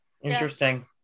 Interesting